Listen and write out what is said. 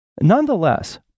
Nonetheless